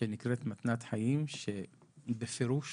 שנקראת מתנת חיים, שהיא בפירוש